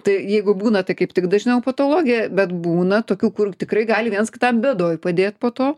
tai jeigu būna tai kaip tik dažniau patologija bet būna tokių kur tikrai gali vienas kitam bėdoj padėt po to